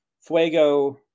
Fuego